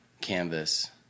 canvas